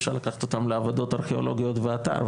אפשר לקחת אותם לעבודות ארכיאולוגיות באתר,